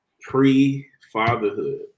pre-fatherhood